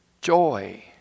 joy